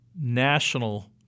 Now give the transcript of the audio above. national